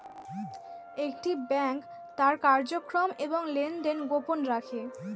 একটি ব্যাংক তার কার্যক্রম এবং লেনদেন গোপন রাখে